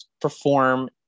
perform